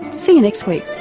see you next week